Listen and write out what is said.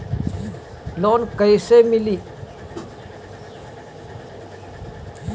Loan कइसे मिली?